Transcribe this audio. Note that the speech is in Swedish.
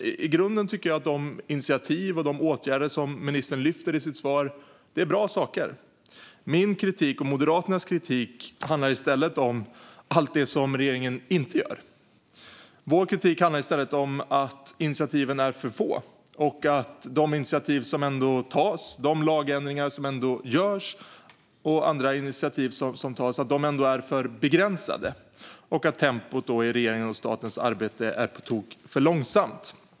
I grunden tycker jag att de initiativ och åtgärder som ministern lyfter fram är bra saker. Min och Moderaternas kritik handlar i stället om allt det som regeringen inte gör. Vår kritik handlar om att initiativen är för få, att de initiativ som ändå tas och de lagändringar som ändå görs är för begränsade och att tempot i regeringens och statens arbete är på tok för långsamt.